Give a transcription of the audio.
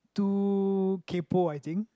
too kaypo I think